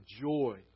joy